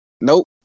Nope